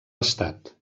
estat